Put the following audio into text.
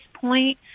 point